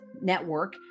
network